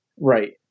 Right